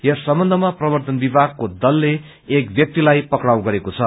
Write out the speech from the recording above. यस सम्बन्धमा प्रवर्तन विभागको दलले एक व्यक्तिलाई पक्राउ गरेको छ